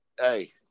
hey